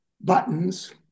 buttons